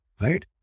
right